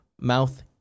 mouth